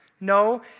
No